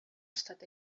estat